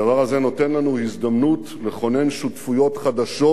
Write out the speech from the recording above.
הדבר הזה נותן לנו הזדמנות לכונן שותפויות חדשות,